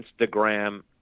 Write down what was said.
Instagram